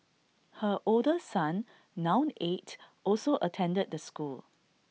her older son now eight also attended the school